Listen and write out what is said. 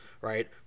right